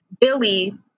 Billy